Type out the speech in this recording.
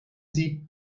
sie